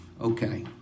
Okay